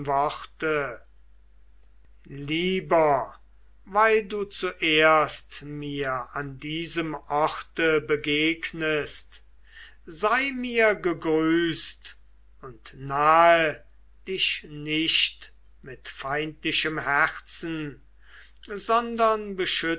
lieber weil du zuerst mir an diesem orte begegnest sei mir gegrüßt und nahe dich nicht mit feindlichem herzen sondern